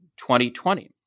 2020